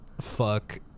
fuck